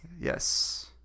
yes